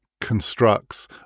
constructs